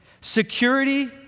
Security